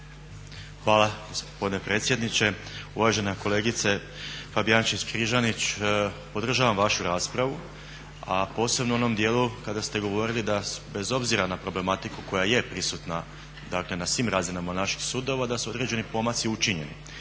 Hvala gospodine predsjedniče. Uvažena kolegice Fabijančić-Križanić, podržavam vašu raspravu a posebno u onom djelu kada ste govorili da bez obzira na problematiku koja je prisutna dakle na svim razinama naših sudova da su određeni pomaci učinjeni.